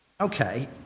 okay